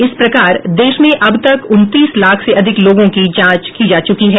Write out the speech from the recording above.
इस प्रकार देश में अब तक उनतीस लाख से अधिक लोगों की जांच की जा चुकी है